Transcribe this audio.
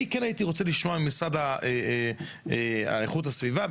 הייתי רוצה לשמוע ממשרד איכות הסביבה,